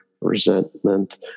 resentment